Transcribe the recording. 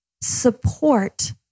support